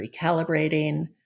recalibrating